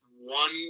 one